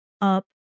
up